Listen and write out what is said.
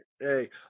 Hey